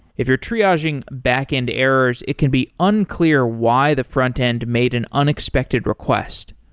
if you're triaging back end errors, it can be unclear why the front-end made an unexpected request.